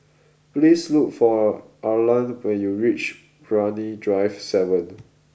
please look for Arlan when you reach Brani Drive Seven